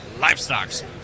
Livestocks